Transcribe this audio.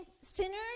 sinners